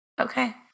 Okay